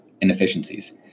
inefficiencies